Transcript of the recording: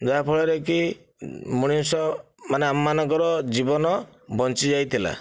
ଯାହାଫଳରେ କି ମଣିଷ ମାନେ ଆମ ମାନଙ୍କର ଜୀବନ ବଞ୍ଚିଯାଇଥିଲା